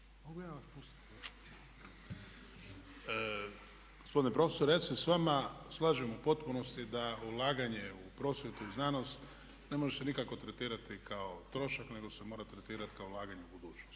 **Šuker, Ivan (HDZ)** Gospodine profesore, ja se s vama slažem u potpunosti da ulaganje u prosvjetu i znanost ne može se nikako tretirati kao trošak nego se mora tretirati kao ulaganje u budućnost